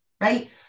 right